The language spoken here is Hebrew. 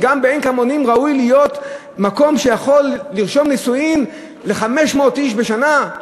גם עין-כמונים ראוי להיות מקום שיכול לרשום נישואים ל-500 זוגות בשנה?